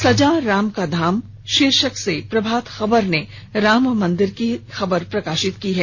सजा राम का धाम शीर्षक से प्रभात खबर ने राम मंदिर की खबर को प्रकाशित किया है